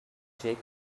jake